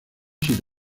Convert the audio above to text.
sin